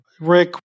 Rick